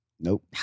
Nope